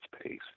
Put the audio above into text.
pace